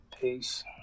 Peace